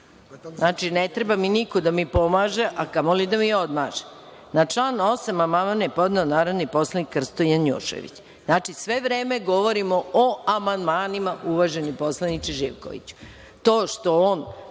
sednicu. Ne treba mi niko da mi pomaže, a kamo li da mi odmaže. Na član 8. amandman je podneo narodni poslanik Krsto Janjušević. Znači sve vreme govorimo o amandmanima uvaženi poslaniče Živkoviću.